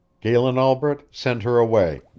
galen albret, send her away.